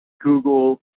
Google